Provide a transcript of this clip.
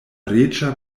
reĝa